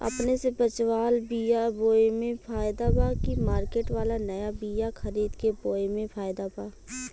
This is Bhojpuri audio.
अपने से बचवाल बीया बोये मे फायदा बा की मार्केट वाला नया बीया खरीद के बोये मे फायदा बा?